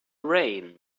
rain